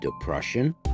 depression